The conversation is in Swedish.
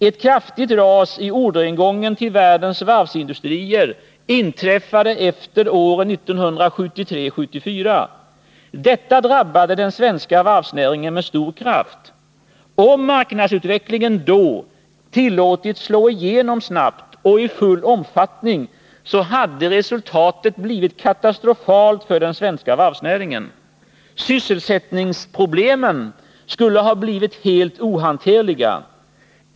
Ett kraftigt ras i orderingången till världens varvsindustrier inträffade efter åren 1973-1974. Detta drabbade den svenska varvsnäringen med stor kraft. Om maknadsutvecklingen då tillåtits slå igenom snabbt och i full omfattning, hade resultatet blivit katastrofalt för den svenska varvsnäringen. Sysselsättningsproblemen skulle ha blivit helt ohanterliga.